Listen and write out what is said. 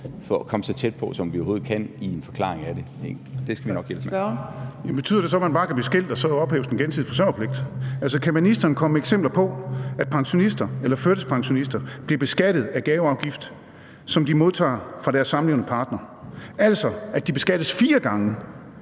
15:43 Fjerde næstformand (Trine Torp): Spørgeren. Kl. 15:43 Torsten Gejl (ALT): Betyder det så, at man bare kan blive skilt, og så ophæves den gensidige forsørgerpligt? Kan ministeren komme med eksempler på, at pensionister eller førtidspensionister bliver beskattet af gaver, som de modtager fra deres samlevende partnere og altså beskattes fire gange